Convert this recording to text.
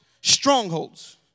Strongholds